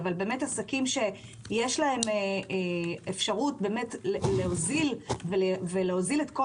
אבל לגבי עסקים שיש להם אפשרות להוזיל את כל